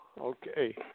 Okay